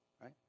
right